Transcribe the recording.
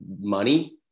money